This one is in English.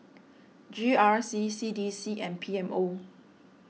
G R C C D C and P M O